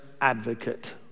advocate